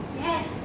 Yes